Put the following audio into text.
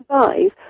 survive